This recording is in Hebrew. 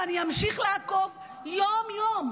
ואני אמשיך לעקוב יום-יום.